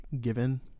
given